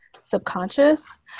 subconscious